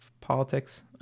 politics